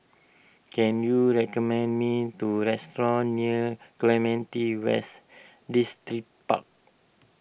can you recommend me to restaurant near Clementi West Distripark